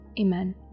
Amen